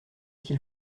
qu’il